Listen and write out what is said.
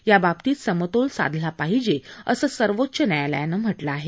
या बाबतीत समतोल साधला पाहिजे असं सर्वोच्च न्यायालयानं म्हाळां आहे